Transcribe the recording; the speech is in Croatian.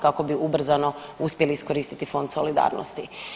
kako bi ubrzano uspjeli iskoristiti Fond solidarnosti.